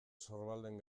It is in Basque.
sorbalden